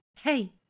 Hey